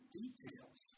details